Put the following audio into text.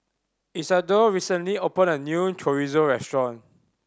Isadore recently opened a new Chorizo Restaurant